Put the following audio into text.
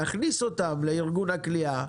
להכניס אותם לארגון הקליעה.